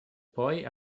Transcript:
boy